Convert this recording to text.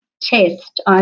test